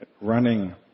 Running